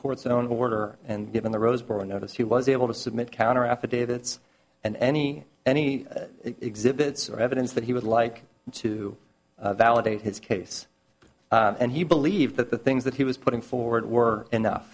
court's own order and given the roseboro notice he was able to submit counter affidavits and any any exhibits or evidence that he would like to validate his case and he believed that the things that he was putting forward were enough